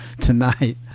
tonight